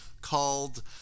called